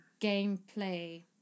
gameplay